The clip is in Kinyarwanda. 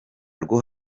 rwo